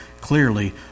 clearly